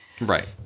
Right